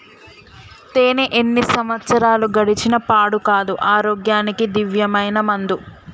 తేనే ఎన్ని సంవత్సరాలు గడిచిన పాడు కాదు, ఆరోగ్యానికి దివ్యమైన మందు